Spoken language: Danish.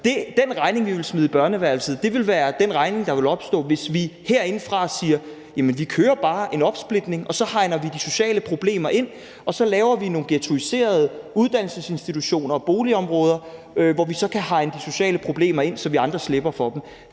Den regning, vi ville smide på børneværelset, ville være den regning, der ville opstå, hvis vi herindefra siger: Jamen vi kører bare en opsplitning, så hegner vi de sociale problemer ind, og så laver vi nogle ghettoiserede uddannelsesinstitutioner og boligområder, hvor vi så kan hegne de sociale problemer ind, så vi andre slipper for dem.